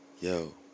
Yo